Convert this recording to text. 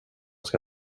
ska